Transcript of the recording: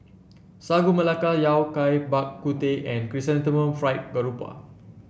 Sagu Melaka Yao Cai Bak Kut Teh and Chrysanthemum Fried Garoupa